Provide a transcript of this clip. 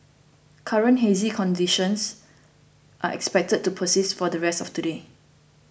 current hazy conditions are expected to persist for the rest of today